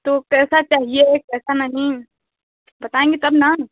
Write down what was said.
तो कैसा चाहिए और कैसा नहीं बताएँगे तब ना